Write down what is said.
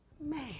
Man